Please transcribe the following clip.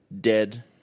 dead